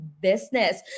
business